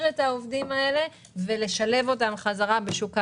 את העובדים ולשלב אותם בחזרה בשוק העבודה.